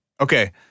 Okay